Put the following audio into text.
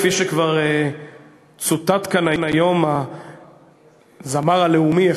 כפי שכבר צוטט כאן היום הזמר הלאומי,